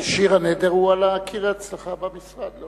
השיר "הנדר" הוא על הקיר אצלך במשרד,